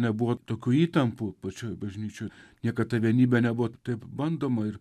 nebuvo tokių įtampų pačioj bažnyčioj niekad ta vienybė nebuvo taip bandoma ir